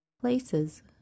Places